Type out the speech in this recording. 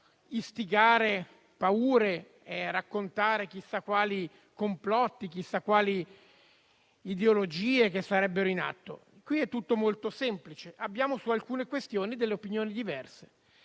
istigare paure e a raccontare chissà quali complotti e ideologie che sarebbero in atto. Qui è tutto molto semplice: su alcune questioni abbiamo delle opinioni diverse,